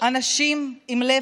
אנשים עם לב,